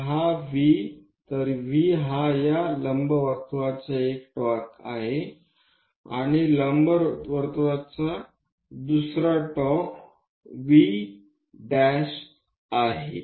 तर V हा या लंबवर्तुळाचा एक टोक आहे आणि V' हा लंबवर्तुळाचा दुसरे टोक आहे